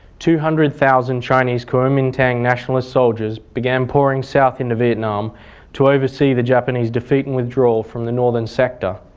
two hundred thousand chinese kuomintang nationalist soldiers began pouring south into vietnam to oversee the japanese defeat and withdraw from the northern sector.